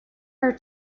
her